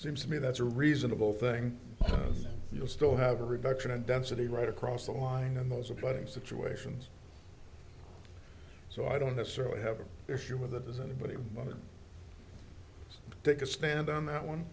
seems to me that's a reasonable thing you'll still have a reduction in density right across the line and those are put in situations so i don't necessarily have an issue with those but it would take a stand on that one